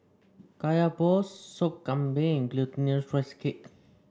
Kaya Balls Sop Kambing Glutinous Rice Cake